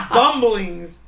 bumblings